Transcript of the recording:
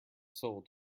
sold